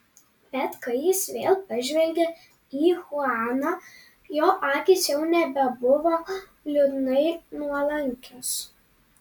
bet kai jis vėl pažvelgė į chuaną jo akys jau nebebuvo liūdnai nuolankios